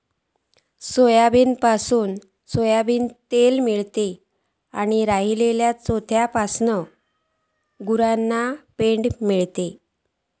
सोयाबीनपासना सोयाबीन तेल मेळता, रवलल्या चोथ्यापासना गोरवांका पेंड मेळता